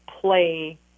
play